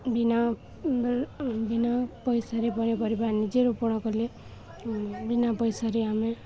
ବିନା ବିନା ପଇସାରେ ପନିପରିବା ନିଜେ ରୋପଣ କଲେ ବିନା ପଇସାରେ ଆମେ